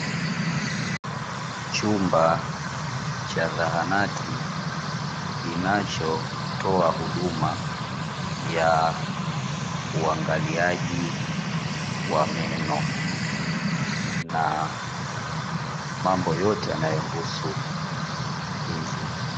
Chumba cha zahanati kinachotoa huduma ya uangaliaji wa meno na mambo yote yanayohusu fizi.